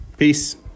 Peace